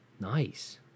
Nice